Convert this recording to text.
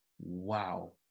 wow